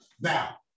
Now